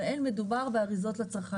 אבל אין מדובר באריזות לצרכן.